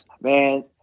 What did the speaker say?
man